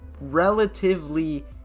relatively